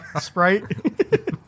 Sprite